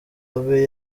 abe